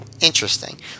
Interesting